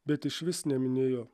bet išvis neminėjo